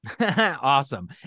awesome